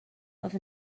oedd